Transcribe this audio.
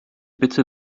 bitte